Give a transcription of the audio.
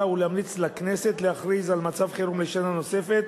ולהמליץ לכנסת להכריז על מצב חירום לשנה נוספת,